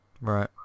Right